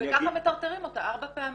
וגם מטרטרים אותה ארבע פעמים.